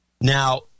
Now